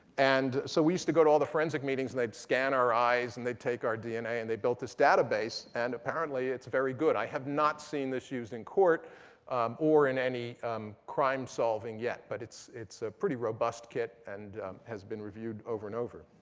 and so we used to go to all the forensic meetings and they'd scan our eyes and they'd take our dna and they built this database. and apparently it's very good. i have not seen this used in court or in any crime solving yet. but it's it's a pretty robust kit and has been reviewed over and over.